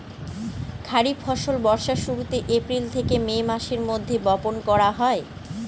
খরিফ ফসল বর্ষার শুরুতে, এপ্রিল থেকে মে মাসের মধ্যে, বপন করা হয়